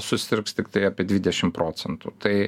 susirgs tiktai apie dvidešim procentų tai